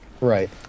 Right